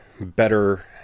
better